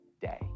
day